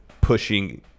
pushing